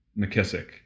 McKissick